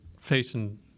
facing